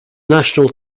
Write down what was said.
national